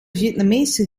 vietnamese